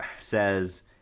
says